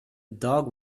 dog